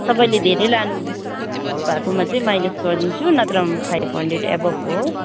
तपाईँले धेरै लानुभएकोमा चाहिँ माइनस गरिदिन्छु नत्र म फाइभ हन्ड्रेड एभव हो